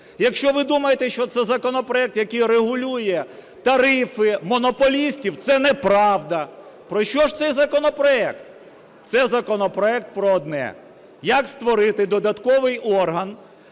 Якщо ви думаєте, що це законопроект, який регулює тарифи монополістів, це неправда. Про що ж цей законопроект? Це законопроект про одне – як створити додатковий орган,